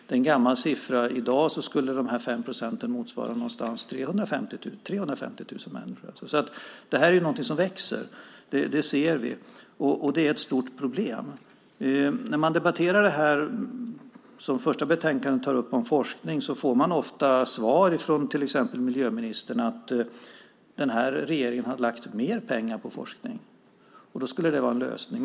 Det är en gammal siffra. I dag skulle de 5 procenten motsvara runt 350 000 människor. Så det här är någonting som växer. Det ser vi. Det är ett stort problem. När man debatterar det som det första betänkandet tar upp om forskning får man ofta svar från till exempel miljöministern att regeringen har lagt mer pengar på forskning. Det skulle vara en lösning.